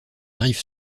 arrive